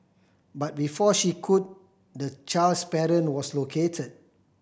but before she could the child's parent was located